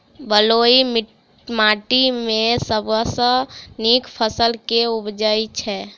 बलुई माटि मे सबसँ नीक फसल केँ उबजई छै?